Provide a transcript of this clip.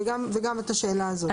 וגם את השאלה הזאת.